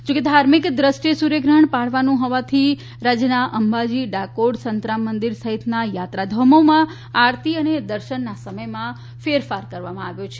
જો કે ધાર્મિક દ્રષ્ટિએ સૂર્યગ્રહણ પાળવાનું હોવાથી રાજ્યના અંબાજી ડાકોર સંતરામ મંદિર સહિતના યાત્રાધામોમાં આરતી દર્શનના સમયમાં ફેરફાર કરવામાં આવ્યો છે